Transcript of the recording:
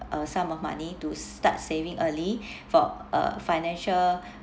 a sum of money to start saving early for a financial